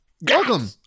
Welcome